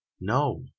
No